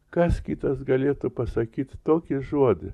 kas kitas galėtų pasakyt tokį žodį